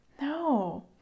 No